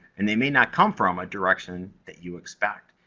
and they may not come from, a direction that you expect.